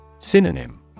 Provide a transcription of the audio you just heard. Synonym